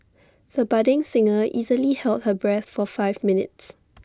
the budding singer easily held her breath for five minutes